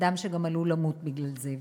אדם שגם עלול למות בגלל זה,